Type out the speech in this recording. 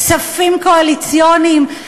כספים קואליציוניים,